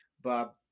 Bob